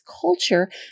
culture